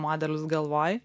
modelius galvoj